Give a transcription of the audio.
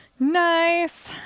Nice